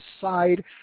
side